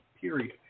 period